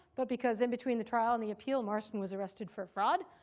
but because in between the trial and the appeal, marston was arrested for fraud.